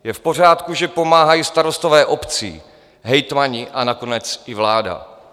Je v pořádku, že pomáhají starostové obcí, hejtmani a nakonec i vláda.